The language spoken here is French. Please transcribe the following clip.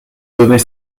donner